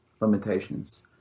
limitations